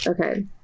okay